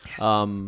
Yes